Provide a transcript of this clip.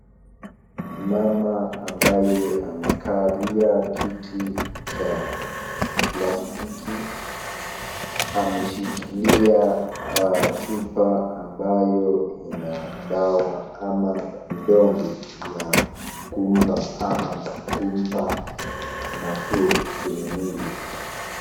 Mama ambaye amekalia kiti cha plastiki ameshikilia chupa ambayo ina dawa ama vidonge vya kumpa ama kumpa nafuu kwenye mwili.